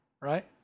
right